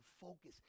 focus